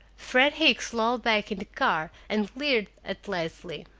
fred hicks lolled back in the car, and leered at leslie.